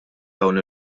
dawn